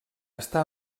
està